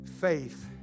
faith